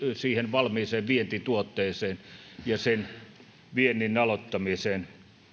valmiiseen vientituotteeseen ja viennin aloittamiseen